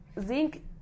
Zinc